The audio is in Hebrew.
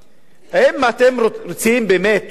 האם אתם רוצים באמת ובתמים,